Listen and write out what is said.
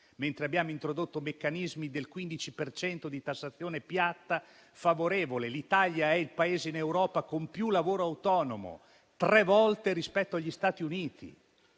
mentre abbiamo introdotto meccanismi del 15 per cento di tassazione piatta favorevole; l'Italia è il Paese in Europa con più lavoro autonomo, tre volte rispetto agli Stati Uniti.